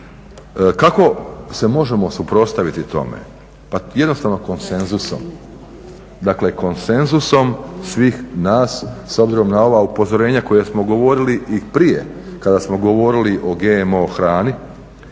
Kako se možemo suprotstaviti tome, pa jednostavno konsenzusom, dakle konsenzusom svih nas s obzirom na ova upozorenja koje smo govorili i prije kada smo govorili o GMO hrani,